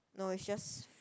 no is just